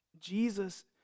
Jesus